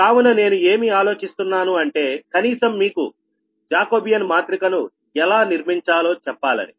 కావున నేను ఏమి ఆలోచిస్తున్నాను అంటే కనీసం మీకు జాకోబియాన్ మాత్రిక ను ఎలా నిర్మించాలో చెప్పాలని